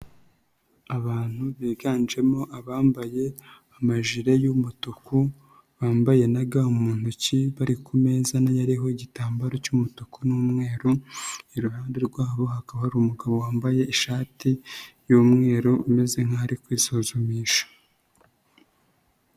Abantu biganjemo abambaye amajire y'umutuku, bambaye na ga mu ntoki bari ku meza na yo ariho igitambaro cy'umutuku n'umweru, iruhande rwabo hakaba hari umugabo wambaye ishati y'umweru umeze nkaho ari kwisuzumisha.